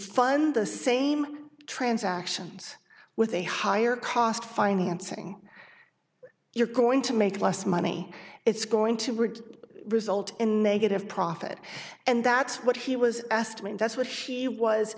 fund the same transactions with a higher cost financing you're going to make less money it's going to bring result in negative profit and that's what he was asked me and that's what he was